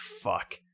Fuck